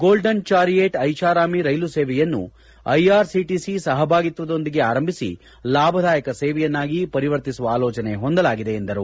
golden Chariot ಐಷಾರಾಮಿ ರೈಲು ಸೇವೆಯನ್ನು ಐಆರ್ಸಿಟಿಸಿ ಸಹಭಾಗಿತ್ವದೊಂದಿಗೆ ಆರಂಭಿಸಿ ಲಾಭದಾಯಕ ಸೇವೆಯನ್ನಾಗಿ ಪರಿವರ್ತಿಸುವ ಆಲೋಚನೆ ಹೊಂದಲಾಗಿದೆ ಎಂದರು